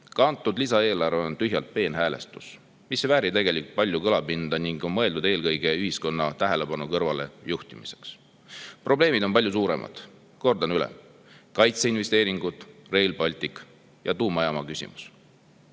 Ka lisaeelarve on tühjalt peenhäälestus, mis ei vääri tegelikult palju kõlapinda ning on mõeldud eelkõige ühiskonna tähelepanu kõrvale juhtimiseks. Probleemid on palju suuremad, kordan üle: kaitseinvesteeringud, Rail Baltic ja tuumajaama